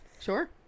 Sure